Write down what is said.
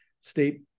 state